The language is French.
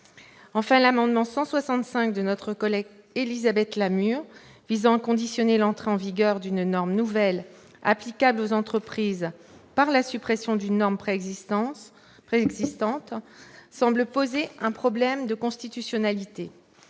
de l'amendement n° 165 d'Élisabeth Lamure, tendant à conditionner l'entrée en vigueur d'une norme nouvelle applicable aux entreprises à la suppression d'une norme préexistante, semble poser un problème de constitutionnalité.